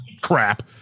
crap